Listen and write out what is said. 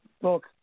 book